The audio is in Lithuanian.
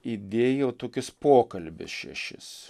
įdėjau tokius pokalbius šešis